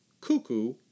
Cuckoo